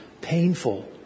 painful